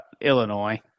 Illinois